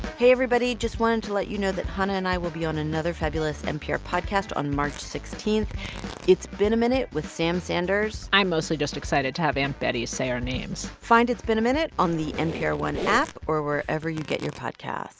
hey, everybody. just wanted to let you know that hanna and i will be on another fabulous npr podcast on march sixteen it's been a minute with sam sanders i'm mostly just excited to have aunt betty say our names find it's been a minute on the npr one app or wherever you get your podcasts